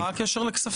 מה הקשר לכספים?